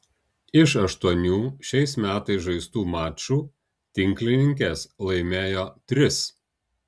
iš aštuonių šiais metais žaistų mačų tinklininkės laimėjo tris